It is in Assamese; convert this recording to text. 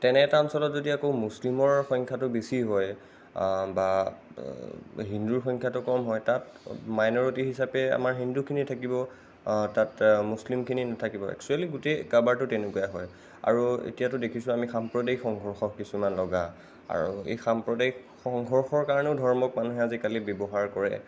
তেনে এটা অঞ্চলত যদি আকৌ মুছলিমৰ সংখ্যাটো বেছি হয় বা হিন্দুৰ সংখ্যাটো কম হয় তাত মাইনৰিটি হিচাপে আমাৰ হিন্দুখিনি থাকিব তাত মুছলিমখিনি নাথাকিব এক্সোৱেলি গোটেই কাৰবাৰটো তেনেকুৱাই হয় আৰু এতিয়াতো দেখিছোঁ আমি সাম্প্ৰদায়িক সংঘৰ্ষ কিছুমান লগা আৰু এই সাম্প্ৰদায়িক সংঘৰ্ষৰ কাৰণেও ধৰ্মক মানুহে আজিকালি ব্যৱহাৰ কৰে